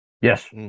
Yes